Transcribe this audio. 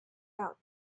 out